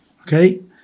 Okay